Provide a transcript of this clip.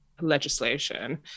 legislation